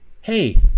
hey